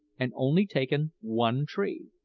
and only taken one tree.